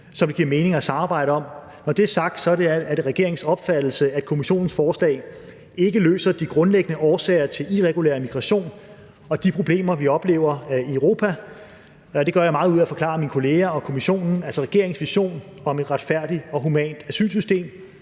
som det vil give mening at samarbejde om. Når det er sagt, er det regeringens opfattelse, at Kommissionens forslag ikke løser de grundlæggende årsager til irregulær migration og de problemer, vi oplever i Europa. Det gør jeg meget ud af at forklare mine kolleger og Kommissionen, altså regeringens vision om et retfærdigt og humant asylsystem,